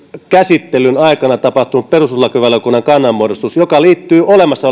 käsittelyn aikana tapahtunut perustuslakivaliokunnan kannanmuodostus joka liittyy selkeästi olemassa